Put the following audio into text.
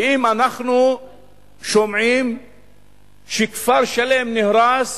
ואם אנחנו שומעים שכפר שלם נהרס